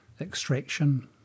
extraction